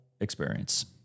experience